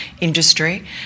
industry